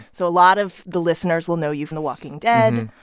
so a lot of the listeners will know you from the walking dead,